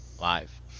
live